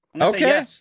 Okay